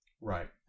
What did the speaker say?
right